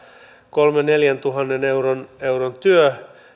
viiva neljäntuhannen euron euron